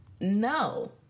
No